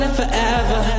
forever